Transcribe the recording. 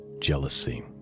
jealousy